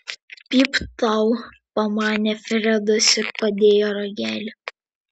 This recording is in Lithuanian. pypt tau pamanė fredas ir padėjo ragelį